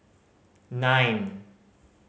nine